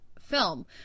film